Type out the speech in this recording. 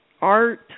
art